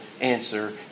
answer